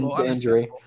injury